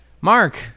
Mark